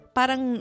parang